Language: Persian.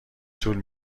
طول